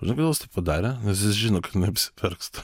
žinai kodėl jis taip padarė nes jis žino kad jinai apsiverks